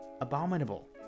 abominable